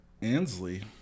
Ansley